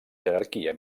jerarquia